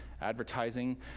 Advertising